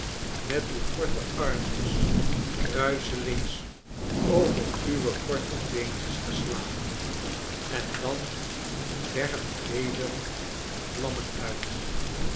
met uw korte armpjes kruiselings over uwe korte beentjes geslagen en dan werp weder vlammen uit